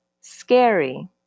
scary